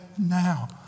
now